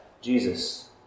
Jesus